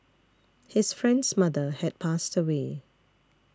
his friend's mother had passed away